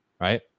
right